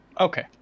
Okay